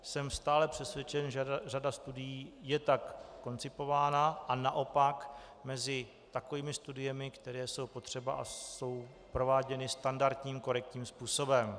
Jsem stále přesvědčen, že řada studií je tak koncipována a naopak mezi takovými studiemi, které jsou potřeba a jsou prováděny standardním korektním způsobem.